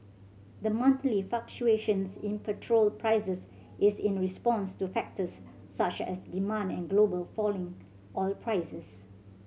the monthly fluctuations in petrol prices is in response to factors such as demand and global falling oil prices